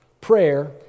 prayer